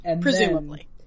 Presumably